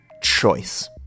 choice